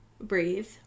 breathe